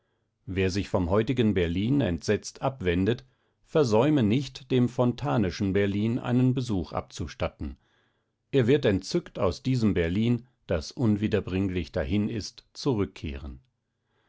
wer sich vom heutigen berlin entsetzt abwendet versäume nicht dem fontaneschen einen besuch abzustatten er wird entzückt aus diesem berlin das unwiederbringlich dahin ist zurückkehren